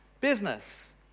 business